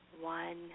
One